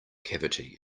cavity